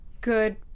good